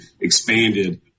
expanded